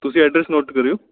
ਤੁਸੀਂ address note ਕਰਿਓ